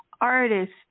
artist